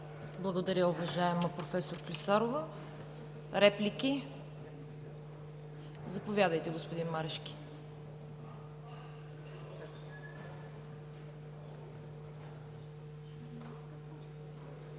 Благодаря Ви, уважаема проф. Клисарова. Реплики? Заповядайте, господин Марешки.